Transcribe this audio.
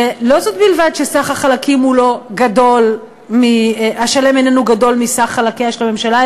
ולא זאת בלבד שהשלם איננו גדול מסך חלקיה של הממשלה,